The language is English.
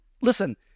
listen